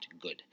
good